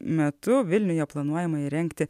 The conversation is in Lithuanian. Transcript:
metu vilniuje planuojama įrengti